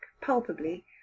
palpably